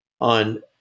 On